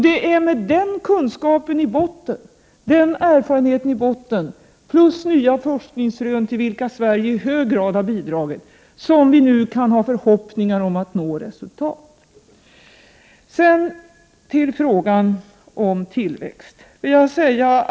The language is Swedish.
Det är med denna kunskap och erfarenhet i botten plus nya forskningsrön till vilka Sverige i hög grad har bidragit som vi nu kan ha förhoppningar om att nå resultat. Sedan till frågan om tillväxt.